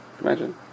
Imagine